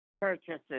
purchases